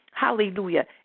Hallelujah